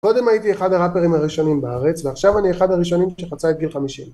קודם הייתי אחד הראפרים הראשונים בארץ ועכשיו אני אחד הראשונים שחוצה את גיל 50